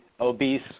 obese